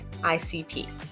ICP